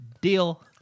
Deal